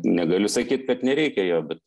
negaliu sakyt kad nereikia jo bet